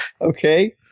Okay